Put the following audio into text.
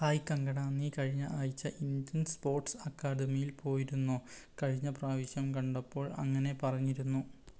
hi Kangana നീ കഴിഞ്ഞ ആഴ്ച്ച ഇൻഡ്യൻ സ്പോർട്സ് അക്കാദമിയിൽ പോയിരുന്നോ കഴിഞ്ഞ പ്രാവശ്യം കണ്ടപ്പോൾ അങ്ങനെ പറഞ്ഞിരുന്നു